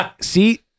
See